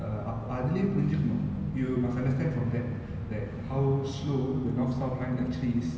uh ap~ அதுலயே புரிஞ்சிருகனு:athulaye purinjirukanu you must understand from that like how slow the north south line actually is